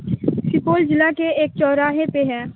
سپول ضلع کے ایک چوراہے پہ ہے